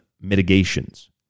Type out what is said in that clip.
mitigations